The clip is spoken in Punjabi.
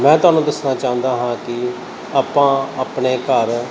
ਮੈਂ ਤੁਹਾਨੂੰ ਦੱਸਣਾ ਚਾਹੁੰਦਾ ਹਾਂ ਕਿ ਆਪਾਂ ਆਪਣੇ ਘਰ